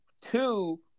two